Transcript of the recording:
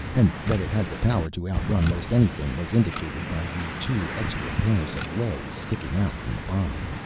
and that it had the power to outrun most anything was indicated by the two extra pairs of legs sticking out from the bottom.